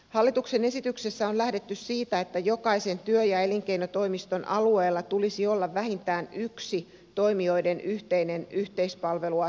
hallituksen esityksessä on lähdetty siitä että jokaisen työ ja elinkeinotoimiston alueella tulisi olla vähintään yksi toimijoiden yhteinen yhteispalvelua tarjoava toimipiste